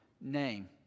name